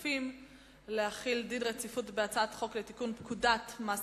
הכספים להחיל דין רציפות על הצעת חוק לתיקון פקודת מס